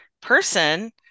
person